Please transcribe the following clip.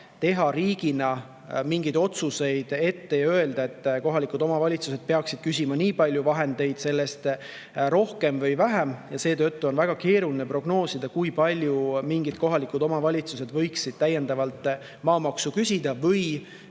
teha riigina mingeid otsuseid ette ja öelda, et kohalikud omavalitsused peaksid küsima nii palju vahendeid sellest rohkem või vähem. Seetõttu on väga keeruline prognoosida, kui palju mingid kohalikud omavalitsused võiksid täiendavalt maamaksu küsida või